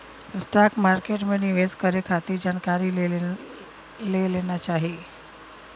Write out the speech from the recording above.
stock market में निवेश करे खातिर जानकारी ले लेना चाही